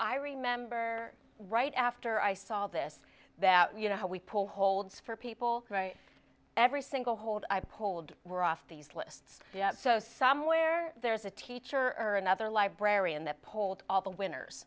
i remember right after i saw all this that you know how we pull holds for people write every single hold i hold we're off these lists so somewhere there's a teacher or another librarian that polled all the winners